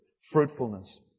Fruitfulness